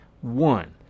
One